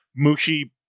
Mushi